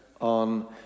on